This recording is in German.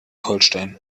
holstein